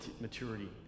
maturity